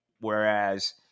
Whereas